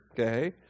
okay